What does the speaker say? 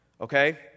okay